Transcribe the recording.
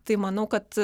tai manau kad